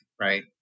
right